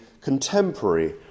contemporary